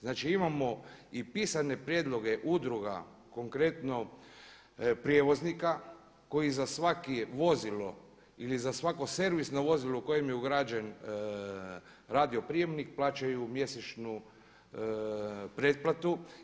Znači imamo i pisane prijedloge udruga konkretno prijevoznika koji za svako vozilo ili za svako servisno vozilo u kojima je ugrađen radio prijemnik plaćaju mjesečnu pretplatu.